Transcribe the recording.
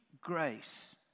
grace